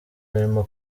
imirimo